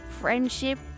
friendship